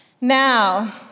Now